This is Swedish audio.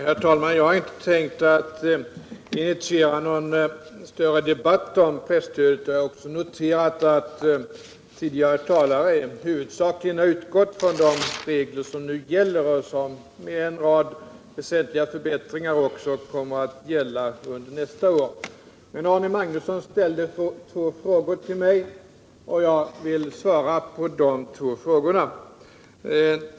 Herr talman! Jag har inte tänkt initiera någon större debatt om presstödet, och jag har också noterat att tidigare talare huvudsakligen utgått från de regler som nu gäller och som med en rad väsentliga förbättringar även kommer att gälla under nästa år. Men Arne Magnusson ställde två frågor till mig, och jag vill svara på dem.